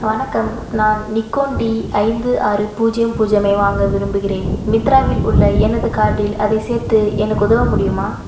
வணக்கம் நான் Nikon D ஐந்து ஆறு பூஜ்யம் பூஜ்யமை வாங்க விரும்புகிறேன் மிந்த்ராவில் உள்ள எனது கார்ட்டில் அதைச் சேர்த்து எனக்கு உதவ முடியுமா